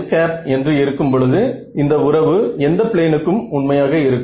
kn என்று இருக்கும் பொழுது இந்த உறவு எந்த ப்ளேனுக்கும் உண்மையாக இருக்கும்